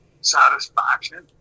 Satisfaction